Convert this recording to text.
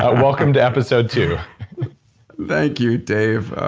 ah welcome to episode two thank you, dave.